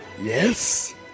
Yes